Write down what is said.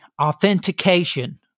authentication